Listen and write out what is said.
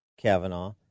Kavanaugh